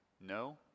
no